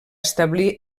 establir